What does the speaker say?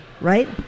right